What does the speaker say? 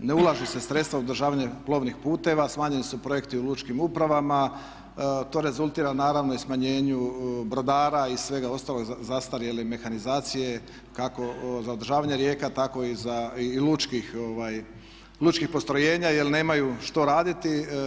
ne ulažu se sredstva u održavanje plovnih puteva, smanjeni su projekti u lučkim upravama, to rezultira naravno i smanjenju brodara i svega ostalog, zastarjele mehanizacije kako za održavanje rijeka tako i lučkih postrojenja jer nemaju što raditi.